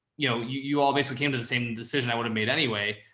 you know you, you all basically came to the same decision i would've made anyway.